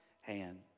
hand